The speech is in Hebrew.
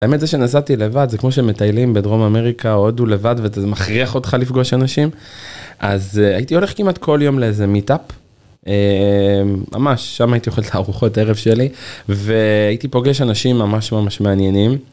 האמת זה שנסעתי לבד זה כמו שמטיילים בדרום אמריקה או הודו לבד ואתה מכריח אותך לפגוש אנשים, אז הייתי הולך כמעט כל יום לאיזה מיטאפ. ממש שם הייתי אוכל את הארוחות הערב שלי והייתי פוגש אנשים ממש ממש מעניינים.